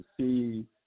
see